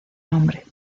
nombre